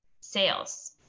sales